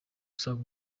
asanga